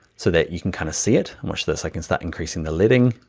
so that you can kinda see it. and watch this, i can start increasing the leading.